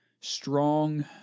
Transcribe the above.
strong